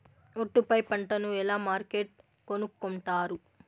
ఒట్టు పై పంటను ఎలా మార్కెట్ కొనుక్కొంటారు?